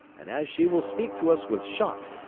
and as she will speak to us with shot,